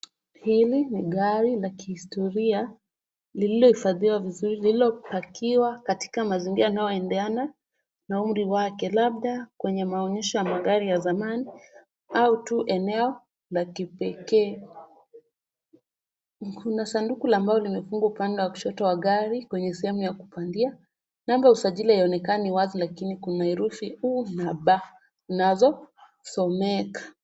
Hili ni gari la kihistoria lililohifadhiwa vizuri, lililopakiwa katika mazingira yanayoendana na umri wake. Labda kwenye maonyesho ya magari ya zamani au tu eneo la kipekee. Kuna sanduku la mbao limefungwa upande wa kushoto wa gari kwenye sehemu ya kupandia, namba ya usajili haionekanani wazi lakini kuna herufi U na B zinazosomeka.